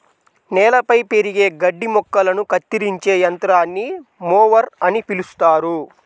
నేలపై పెరిగే గడ్డి మొక్కలను కత్తిరించే యంత్రాన్ని మొవర్ అని పిలుస్తారు